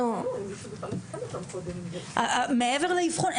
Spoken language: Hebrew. מעבר לאבחון,